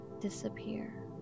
disappear